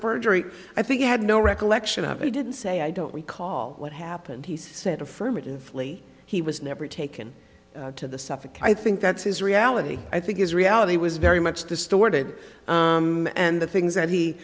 perjury i think he had no recollection of it i did say i don't recall what happened he said affirmatively he was never taken to the suffolk i think that's his reality i think his reality was very much distorted and the things that he